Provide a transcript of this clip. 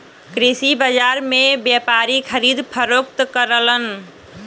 कृषि बाजार में व्यापारी खरीद फरोख्त करलन